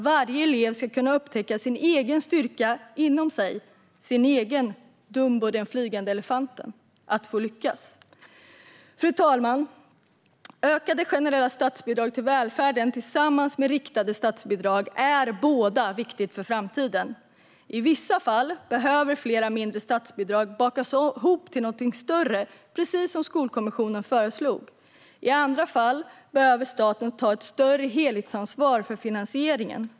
Varje elev ska kunna upptäcka sin egen styrka inom sig, sin egen Dumbo, den flygande elefanten. Varje elev ska få lyckas. Fru talman! Ökade generella statsbidrag till välfärden tillsammans med riktade statsbidrag är båda viktiga för framtiden. I vissa fall behöver flera mindre statsbidrag bakas ihop till något större, precis som Skolkommissionen föreslog. I andra fall behöver staten ta ett större helhetsansvar för finansieringen.